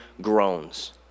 groans